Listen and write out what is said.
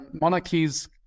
monarchies